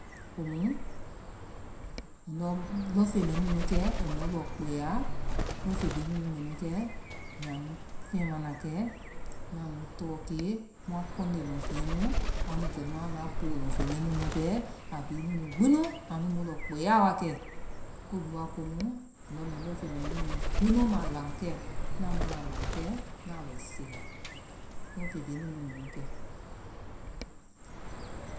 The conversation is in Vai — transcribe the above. Komu, nndɔ lɔnfey mɛɛ nunu kɛ ai mɔ lɔ kpɛɛya lɔnfen bihi nunu mɛnu kɛ. mmbɛnu fɛŋɛ mana kɛ. Ŋnaa nu tɔɔ kee mua kɔnde lɔnfenɛ nu. mu kɛnua na poo lɔnfey mɛɛ nunu pɛɛ, a bihi nunu gbinu a anui mɔlɔ kpɛɛya wa kɛ ko bihi waa komu mbɛ lɔn fen lan kɛ, nnaa lɔ sen. lɔnfrn bihi nunu mɛnu kɛ.